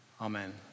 Amen